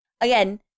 Again